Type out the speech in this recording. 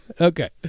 okay